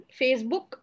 Facebook